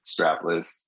strapless